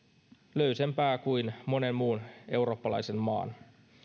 löysempää kuin monen muun eurooppalaisen maan